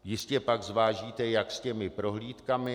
Jistě pak zvážíte, jak s těmi prohlídkami.